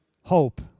hope